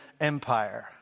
Empire